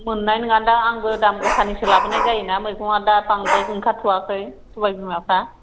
मोननाय नङादां आंबो दाम गोसानिसो लाबोनाय जायो ना मैगंआ दा बांद्राय ओंखारथ'वाखै सबाइ बिमाफ्रा